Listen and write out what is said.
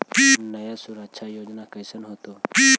कन्या सुरक्षा योजना कैसे होतै?